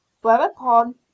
whereupon